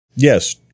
Yes